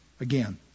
again